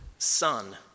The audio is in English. Son